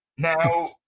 Now